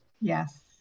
Yes